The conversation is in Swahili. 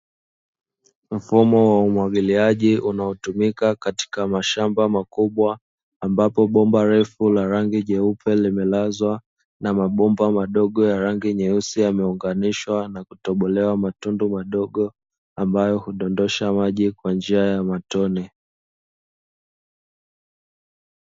Mfumo wa umwagiliaji unaotumika katika mashamba makubwa, ambapo bomba refu la rangi jeupe limelazwa na mabomba madogo ya rangi nyeusi yameunganishwa na kutobolewa matundu madogo, ambayo hudondosha maji kwa njia ya matone.